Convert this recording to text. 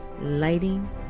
Lighting